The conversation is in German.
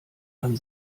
man